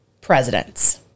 presidents